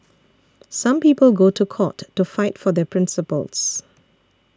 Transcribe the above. some people go to court to fight for their principles